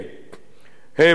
הם קיימים,